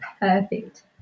perfect